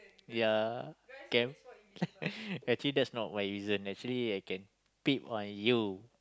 ya can actually that's not my reason actually I can peep on you